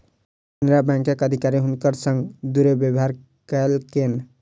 केनरा बैंकक अधिकारी हुनकर संग दुर्व्यवहार कयलकैन